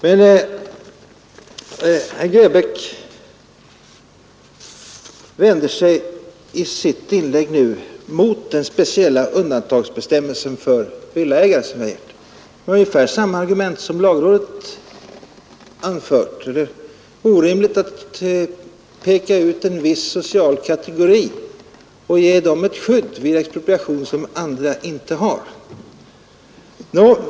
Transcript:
Herr Grebäck vänder sig i sitt inlägg mot den speciella undantagsbestämmelsen för villaägare med ungefär samma argument som lagrådet har anfört, nämligen att det är orimligt att peka ut en viss social kategori och vid expropriation ge den ett skydd som andra inte har.